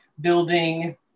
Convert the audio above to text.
building